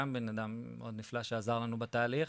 גם בן אדם מאד נפלא שעזר לנו בתהליך,